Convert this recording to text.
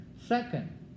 Second